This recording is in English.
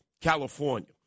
California